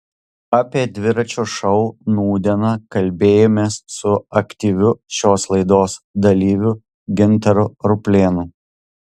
apie dviračio šou nūdieną kalbėjomės su aktyviu šios laidos dalyviu gintaru ruplėnu